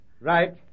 right